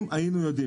אם היינו יודעים,